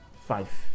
five